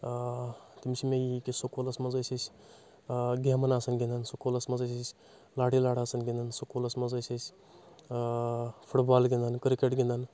آ تِم چھِ مےٚ یی کہِ سکوٗلس منٛز ٲسۍ أسۍ گیمَن آسان گنٛدان سکوٗلس منٛز ٲسۍ أسۍ لاڑی لاڑٕ آسان گنٛدان سکوٗلس منٛز ٲسۍ أسۍ فٹ بال گنٛدان کرکٹ گنٛدان